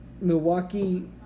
Milwaukee